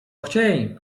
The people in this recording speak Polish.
chciej